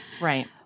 Right